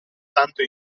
tanto